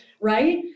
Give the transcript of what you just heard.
right